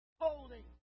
holy